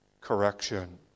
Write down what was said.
correction